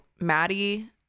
Maddie